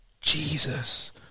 Jesus